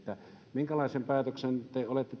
minkälaisen päätöksen te te olette